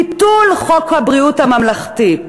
ביטול חוק ביטוח בריאות ממלכתי".